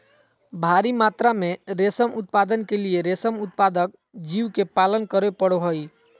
भारी मात्रा में रेशम उत्पादन के लिए रेशम उत्पादक जीव के पालन करे पड़ो हइ